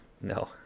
No